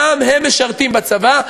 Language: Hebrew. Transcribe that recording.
גם הם משרתים בצבא,